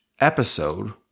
episode